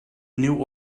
new